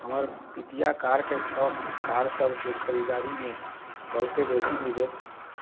हमर पितिया कार के शौख में कार सभ के खरीदारी में बहुते बेशी निवेश